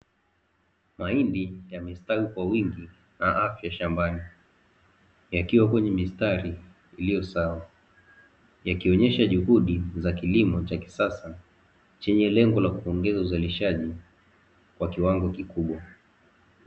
Mahindi yamestawi kwa wingi na afya shambani, yakiwa kwenye mistari iliyo sawa, yakionyesha juhudi za kilimo cha kisasa, chenye lengo la kuongeza uzalishaji kwa kiwango kikubwa.